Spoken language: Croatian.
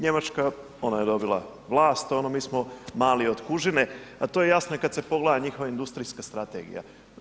Njemačka ona je dobila vlast, mi smo mali od kužine, a to je jasno i kad se pogleda njihova industrijska strategija.